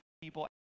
people